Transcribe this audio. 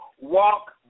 Walk